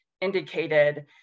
indicated